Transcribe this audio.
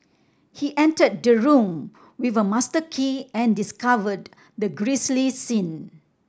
he entered the room with a master key and discovered the grisly scene